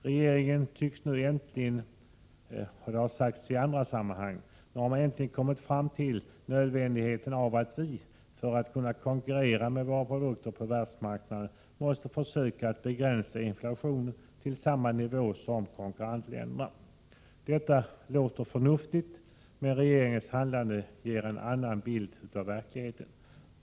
Regeringen har nu äntligen — som också har sagts i andra sammanhang — kommit fram till att det är nödvändigt att vi, för att kunna konkurrera med våra produkter på världsmarknaden, måste försöka begränsa inflationen till samma nivå som råder i konkurrentländerna. Detta låter förnuftigt, men regeringens handlande ger en annan bild av verkligheten.